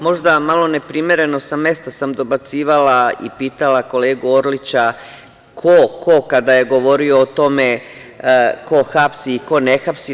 Možda malo neprimereno, sa mesta sam dobacivala i pitala kolegu Orlića - ko, ko, kada je govorio o tome ko hapsi i ko ne hapsi.